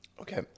okay